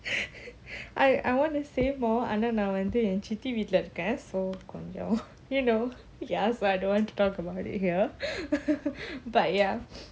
I I want to say more ஆனாநான்வந்துஎன்சித்திவீட்லஇருக்கேன்:ana nan vandhu en chithi veetla iruken so calm down you know yes so I don't want to talk about it here but ya